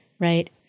right